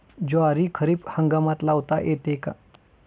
ज्वारी खरीप हंगामात लावता येते का?